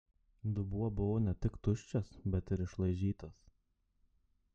dubuo buvo ne tik tuščias bet ir išlaižytas